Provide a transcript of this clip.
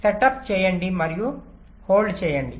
setup మరియు hold చేయండి